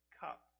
cup